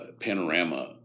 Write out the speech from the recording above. panorama